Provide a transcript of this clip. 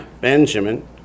Benjamin